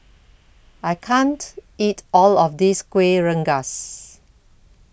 I can't eat All of This Kueh Rengas